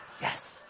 Yes